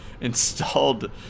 installed